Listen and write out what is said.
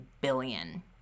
billion